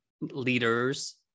leaders